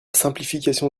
simplification